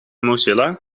mozilla